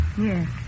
Yes